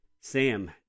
Sam